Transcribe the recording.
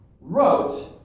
wrote